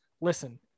Listen